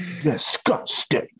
Disgusting